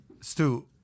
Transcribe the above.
Stu